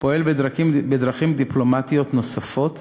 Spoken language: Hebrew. פועל בדרכים דיפלומטיות נוספות